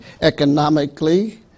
Economically